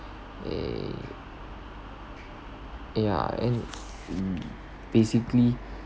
eh yeah and basically